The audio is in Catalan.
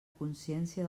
consciència